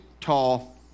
tall